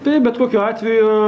taip bet kokiu atveju